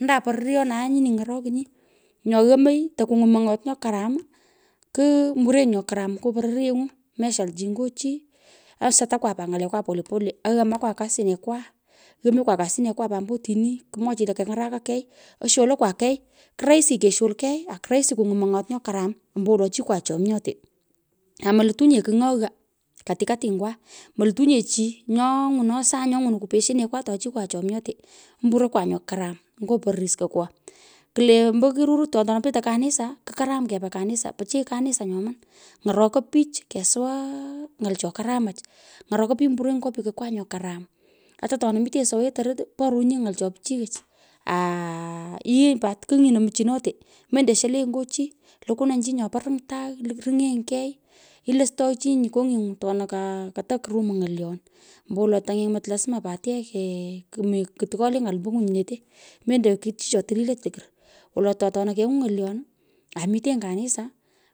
Andan pororyo nae nyini ny’orokinyi. Nyo yomoii to kungwon mony’ot karam ku mburenyi, nyo karam nya pororyengu. Meshal chi nyo chi. asatakwa pat ny’lalekwa polepole. aghamakwa kasinekwa. ghamekwa kasinekwa pat ombo otini, kimwochini lo keny’araka kei, osholokwa kei ku rahisi, keshol kei aku rahisi kungwin mong’ot nyo karam ombowolo chikwa chomyote amelutu nye kigh nyo ghaa katikatingwa, molutu nye chi nyo ngwuno sany nyo ngwnoi kupeshienekwa to chikwa chomyote, omburokwa nyo karam nyo karam ngo pororis kokwo. Kle ombo kirurut ato tonu petei kanisa. ku korum kepa kanisa pichiy kanisa nyoman. ny’orokoi pich kesuwaa ng’al cho kuramach ny’orokoi pich mburonyi nyu pikokwaa nyo karam ata atona mitenyi soghee tororot. porunyi ny’al cho pichiyech lenyi pat kigh nyino mchinote. mendo shulenyi nyo chi. lukwonenyi chi nyopo rumtagh. runy’enyi kei ilostoichinyi kony’enyu atona koto kurumu ng’olyon ombowolo ptangeny’mot lasma pat kumi tokolee ny’al ombo ngwinyinete mendo kuchicho tukloch lokor. Wolo ato atona kengwon ngolyon aa mitenyi kanisa.